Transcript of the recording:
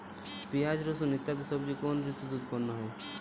পিঁয়াজ রসুন ইত্যাদি সবজি কোন ঋতুতে উৎপন্ন হয়?